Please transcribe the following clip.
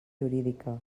jurídica